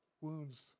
wounds